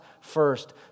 first